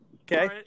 Okay